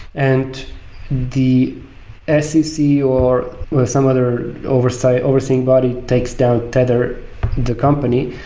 and the scc or some other overseeing overseeing body takes down tether the company,